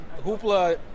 Hoopla